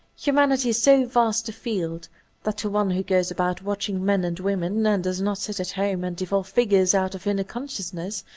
humanity is so vast a field that to one who goes about watching men and women, and does not sit at home and evolve figures out of inner consciousness,